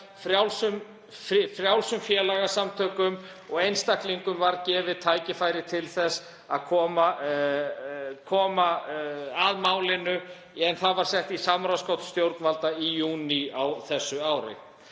frjálsum félagasamtökum og einstaklingum var gefið tækifæri til þess að koma að málinu, en það var sett í samráðsgátt stjórnvalda í júní á þessu ári.